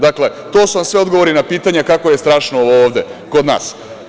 Dakle, to su vam sve odgovori na pitanja kako je strašno ovo ovde kod nas.